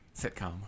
sitcom